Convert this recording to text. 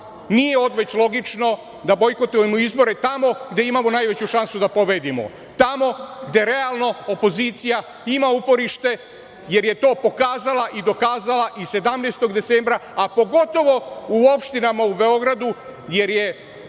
nije odveć logično da bojkotujemo izbore tamo gde imamo najveću šansu da pobedimo, tamo gde realno opozicija ima uporište, jer je to pokazala i dokazala i 17. decembra, a pogotovo u opštinama u Beogradu, jer ne